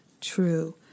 true